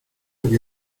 que